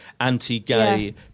anti-gay